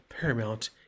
Paramount